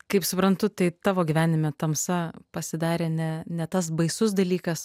kaip suprantu tai tavo gyvenime tamsa pasidarė ne ne tas baisus dalykas